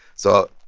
so